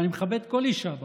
ואני מכבד כל אישה בעולם.